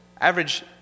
average